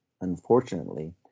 Unfortunately